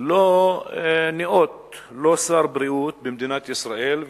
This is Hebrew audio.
לא ניאות שר בריאות במדינת ישראל,